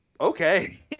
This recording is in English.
okay